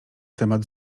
temat